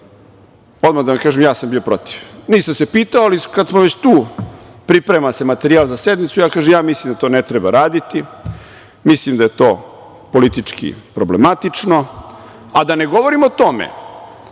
odmah da vam kažem ja sam bio protiv. Nisam se pitao, ali kad sam već bio tu, priprema se materijal za sednicu, ja kažem, mislim da to ne treba raditi, mislim da je to politički problematično, a da ne govorim o tome